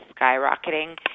skyrocketing